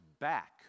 back